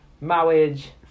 marriage